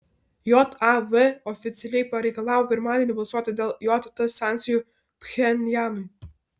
jav oficialiai pareikalavo pirmadienį balsuoti dėl jt sankcijų pchenjanui